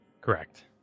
Correct